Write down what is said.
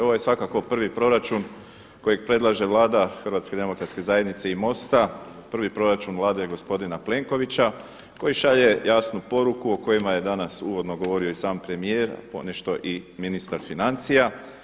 Ovo je svakako prvi proračun kojeg predlaže Vlada Hrvatske demokratske zajednice i MOST-a, prvi proračun Vlade i gospodina Plenkovića, koji šalje jasnu poruku o kojima je danas uvodno govorio i sam premijer, ponešto i ministar financija.